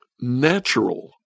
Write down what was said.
natural